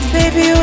baby